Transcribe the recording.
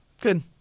Good